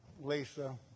Lisa